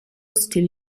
still